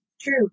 True